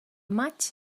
maig